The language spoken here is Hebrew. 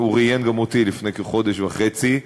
הוא ראיין גם אותי לפני כחודש וחצי,